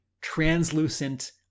translucent